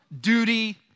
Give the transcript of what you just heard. duty